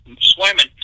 swimming